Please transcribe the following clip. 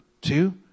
two